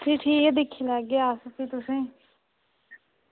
एह् ठीक भी दिक्खी लैगे अस तुसेंगी